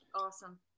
Awesome